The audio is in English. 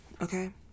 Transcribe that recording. Okay